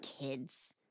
kids